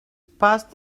passed